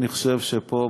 אני חושב שפה,